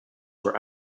were